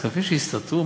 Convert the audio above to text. כספים שהסתתרו?